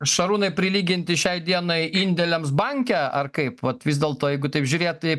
šarūnai prilyginti šiai dienai indėliams banke ar kaip vat vis dėlto jeigu taip žiūrėt tai